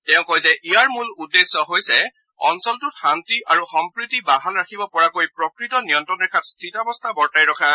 তেওঁ কয় ইয়াৰ মূল উদ্দেশ্য হৈছে অঞ্চলটোত শান্তি আৰু সম্প্ৰীতি বাহাল ৰাখিব গৰাকৈ প্ৰকৃত নিয়ন্ত্ৰণ ৰেখাত স্থিতাৱস্থা বৰ্তাই ৰখা